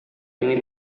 ini